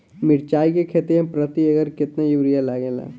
मिरचाई के खेती मे प्रति एकड़ केतना यूरिया लागे ला?